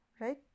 right